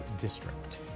district